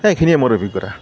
সেইখিনিয়ে মোৰ অভিজ্ঞতা